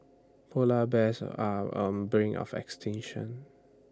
Polar Bears are on bring of extinction